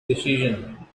decision